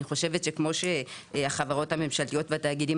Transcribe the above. אני חושבת שכמו שהחברות הממשלתיות והתאגידים